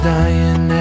dying